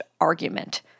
argument